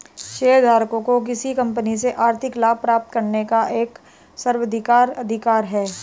शेयरधारकों को किसी कंपनी से आर्थिक लाभ प्राप्त करने का एक स्व अधिकार अधिकार है